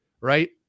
right